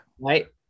right